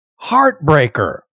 Heartbreaker